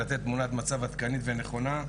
ולתת תמונת מצב עדכנית ונכונה.